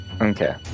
okay